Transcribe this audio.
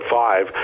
five